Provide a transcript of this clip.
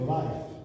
life